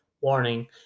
Warning